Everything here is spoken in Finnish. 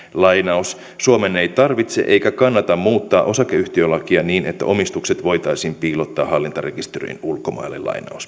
suomen ei tarvitse eikä kannata muuttaa osakeyhtiölakia niin että omistukset voitaisiin piilottaa hallintarekisteriin ulkomaille oli